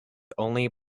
only